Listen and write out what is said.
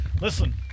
Listen